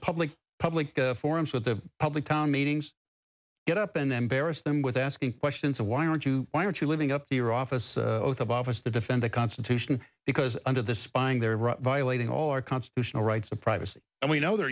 public public forums with the public town meetings get up and then paris them with asking questions of why aren't you why aren't you living up to your office of office to defend the constitution because under the spying they're right violating all our constitutional rights of privacy and we know they're